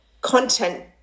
content